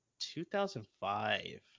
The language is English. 2005